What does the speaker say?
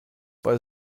bei